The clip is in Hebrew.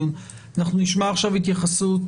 נשמע עכשיו התייחסות